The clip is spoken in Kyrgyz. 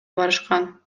барышкан